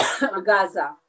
Gaza